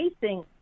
facing